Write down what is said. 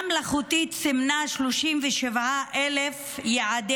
"בינה מלאכותית סימנה 37,000 'יעדי